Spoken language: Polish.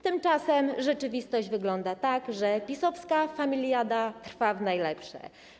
Tymczasem rzeczywistość wygląda tak, że PiS-owska familiada trwa w najlepsze.